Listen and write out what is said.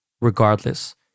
Regardless